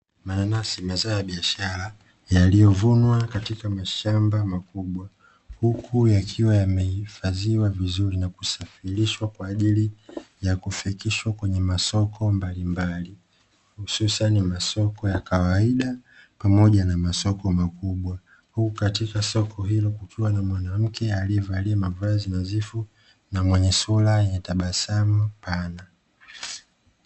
Mananasi mazao ya biashara yaliyovunwa katika mashamba makubwa, huku yakiwa yamehifadhiwa vizuri kwa ajili ya kufikishwa kwenye masoko mbalimbali hususani masoko ya kawaida pamoja na masoko makubwa. Huku katika soko hilo kukiwa mwanamke aliyevalia mavazi nadhifu na mwenye sura yenye tabasamu pana.